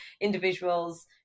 individuals